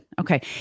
Okay